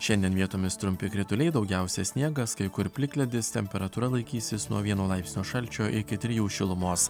šiandien vietomis trumpi krituliai daugiausiai sniegas kai kur plikledis temperatūra laikysis nuo vieno laipsnio šalčio iki trijų šilumos